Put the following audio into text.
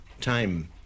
time